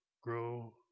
grow